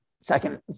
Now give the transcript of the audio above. Second